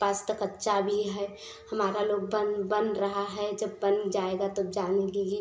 पास तो कच्चा भी है हमारा लोग बन बन रहा है जब बन जाएगा तब जानेंगे कि